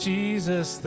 Jesus